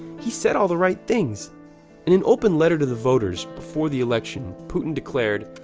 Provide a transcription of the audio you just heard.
he said all the right things. in an open letter to the voters before the election, putin declared,